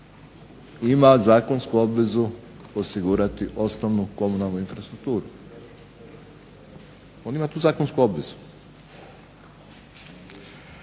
ima zakonsku obvezu osigurati osnovnu komunalnu infrastrukturu. On ima tu zakonsku obvezu.